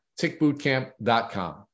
tickbootcamp.com